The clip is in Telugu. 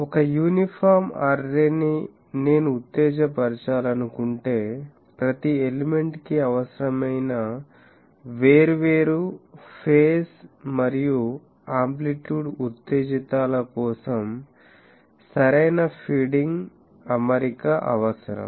ఒక యూనిఫార్మ్ అర్రే ని నేను ఉత్తేజపరచాలనుకుంటే ప్రతి ఎలిమెంట్ కి అవసరమైన వేర్వేరు ఫేస్ మరియు ఆంప్లిట్యూడ్ ఉత్తేజితాల కోసం సరైన ఫీడింగ్ అమరిక అవసరం